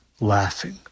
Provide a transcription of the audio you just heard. laughing